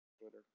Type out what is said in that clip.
Twitter